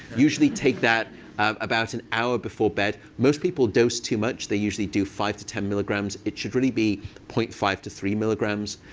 usually take that about an hour before bed. most people dose too much. they usually do five to ten milligrams. it should really be zero point five to three milligrams.